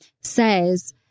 says